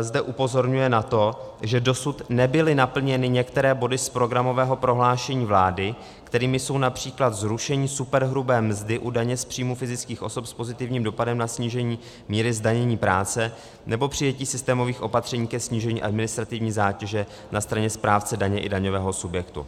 zde upozorňuje na to, že dosud nebyly naplněny některé body z programového prohlášení vlády, kterými jsou například zrušení superhrubé mzdy u daně z příjmů fyzických osob s pozitivním dopadem na snížení míry zdanění práce nebo přijetí systémových opatření ke snížení administrativní zátěže na straně správce daně i daňového subjektu.